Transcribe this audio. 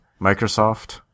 Microsoft